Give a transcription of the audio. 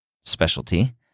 specialty